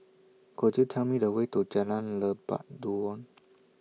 Could YOU Tell Me The Way to Jalan Lebat Daun